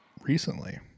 recently